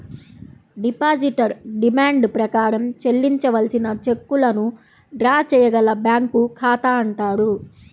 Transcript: depositor demand ప్రకారం చెల్లించవలసిన చెక్కులను డ్రా చేయగల బ్యాంకు ఖాతా అంటారు